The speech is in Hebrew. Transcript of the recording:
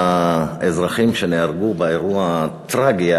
על האזרחים שנהרגו באירוע הטרגי,